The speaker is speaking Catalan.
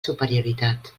superioritat